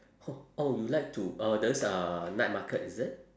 oh you like to uh those uh night market is it